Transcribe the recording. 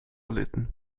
erlitten